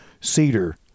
cedar